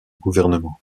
gouvernement